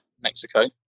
Mexico